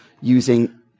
using